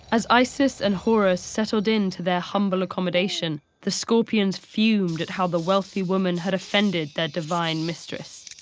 as isis and horus settled into their humble accommodation, the scorpions fumed at how the wealthy woman had offended their divine mistress.